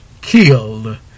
killed